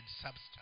substance